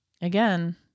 again